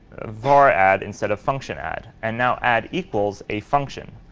var add instead of function add. and now add equals a function.